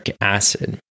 acid